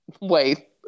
wait